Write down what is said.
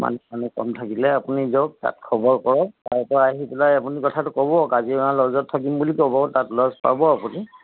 মানুহ চানুহ কম থাকিলে আপুনি যাওক তাত খবৰ কৰক তাৰপৰা আহি পেলাই আপুনি কথাটো ক'ব কাজিৰঙা ল'জত থাকিম বুলি ক'ব তাত ল'জ পাব আপুনি